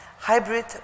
Hybrid